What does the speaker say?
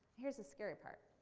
here's the scary part.